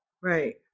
Right